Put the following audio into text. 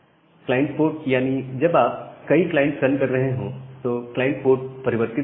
client port यानी जब आप कई क्लाइंट रन कर रहे हैं तो क्लाइंट पोर्ट परिवर्तित होता है